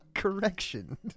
correction